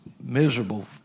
miserable